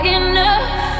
enough